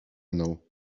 mną